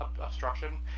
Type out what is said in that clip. obstruction